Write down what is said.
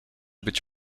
być